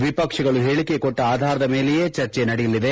ವಿಪಕ್ಷಗಳು ಹೇಳಿಕೆ ಕೊಟ್ಟ ಆಧಾರದ ಮೇಲೆಯೂ ಚರ್ಚೆ ನಡೆಯಲಿದೆ